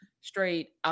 straight